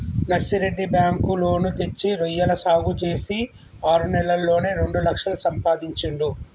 Narsireddy bank loan తెచ్చి రొయ్యల సాగు చేసి ఆరు నెలల్లోనే రెండు లక్షలు సంపాదించిండు